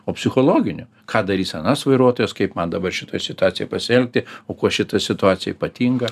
o psichologinių ką darys anas vairuotojas kaip man dabar šitoj situacijoj pasielgti o kuo šita situacija ypatinga